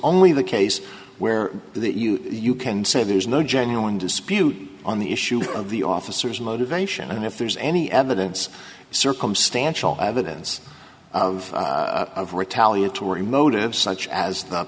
only the case where you can say there's no genuine dispute on the issue of the officers motivation and if there's any evidence circumstantial evidence of of retaliatory motives such as